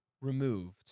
removed